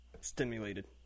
stimulated